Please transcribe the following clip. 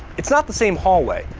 it's not the same hallway,